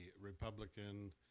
Republican